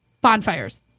Bonfires